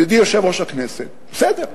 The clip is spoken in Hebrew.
ידידי יושב-ראש הכנסת, בסדר,